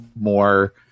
More